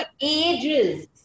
ages